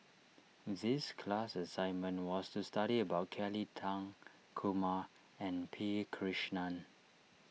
this class assignment was to study about Kelly Tang Kumar and P Krishnan